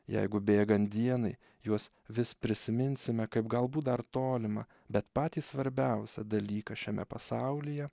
jeigu bėgant dienai juos vis prisiminsime kaip galbūt dar tolimą bet patį svarbiausią dalyką šiame pasaulyje